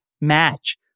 match